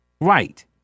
Right